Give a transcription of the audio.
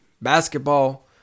basketball